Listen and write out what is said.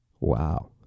Wow